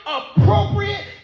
appropriate